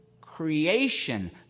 creation